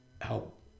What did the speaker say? help